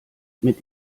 mit